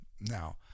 now